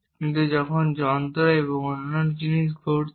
কিন্তু যখন যন্ত্র এবং অন্যান্য জিনিস ঘটছে